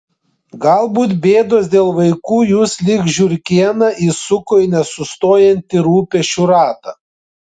galbūt bėdos dėl vaikų jus lyg žiurkėną įsuko į nesustojantį rūpesčių ratą